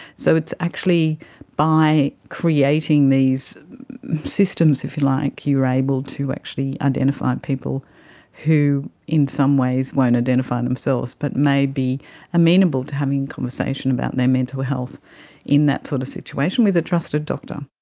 so it's actually by creating these systems, if you like, you're able to actually identify people who in some ways won't identify themselves but may be amenable to having a conversation about their mental health in that sort of situation with a trusted doctor.